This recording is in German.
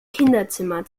kinderzimmer